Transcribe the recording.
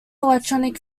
electronic